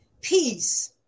peace